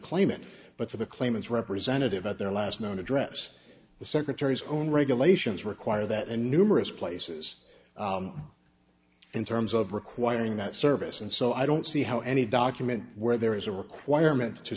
claimant but to the claimants representative at their last known address the secretary's own regulations require that and numerous places in terms of requiring that service and so i don't see how any document where there is a requirement to